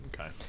okay